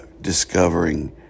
discovering